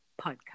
podcast